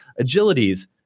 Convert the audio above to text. Agilities